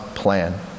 plan